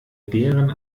deren